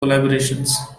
collaborations